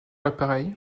l’appareil